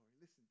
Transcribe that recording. Listen